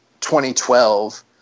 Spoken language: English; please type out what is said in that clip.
2012